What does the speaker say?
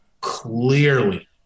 clearly